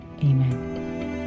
Amen